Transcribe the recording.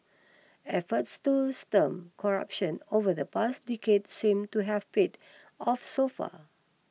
efforts to stem corruption over the past decade seem to have paid off so far